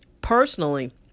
Personally